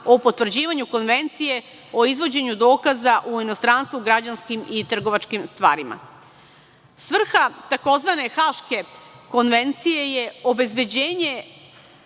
o potvrđivanju Konvencije o izvođenju dokaza u inostranstvu građanskim i trgovačkim stvarima. Svrha tzv. haške konvencije je obezbeđenje